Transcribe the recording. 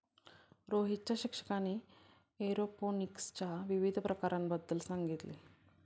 रोहितच्या शिक्षकाने एरोपोनिक्सच्या विविध प्रकारांबद्दल सांगितले